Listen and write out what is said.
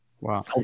wow